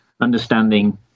understanding